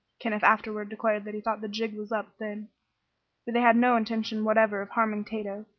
kenneth afterward declared that he thought the jig was up then, for they had no intention whatever of harming tato.